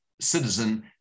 citizen